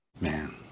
Man